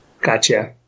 Gotcha